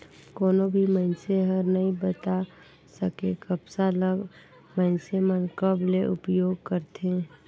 कोनो भी मइनसे हर नइ बता सके, कपसा ल मइनसे मन कब ले उपयोग करथे